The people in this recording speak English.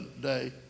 day